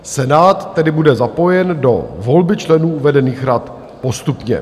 Senát tedy bude zapojen do volby členů uvedených rad postupně.